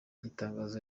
itangazo